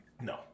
No